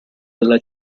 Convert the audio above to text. della